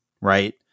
right